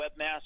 webmaster